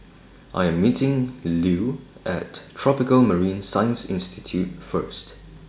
I Am meeting Lue At Tropical Marine Science Institute First